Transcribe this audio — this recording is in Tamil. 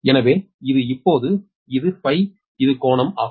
எனவே இது இப்போது இது Φ இது கோணம் is